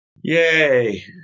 Yay